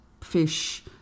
fish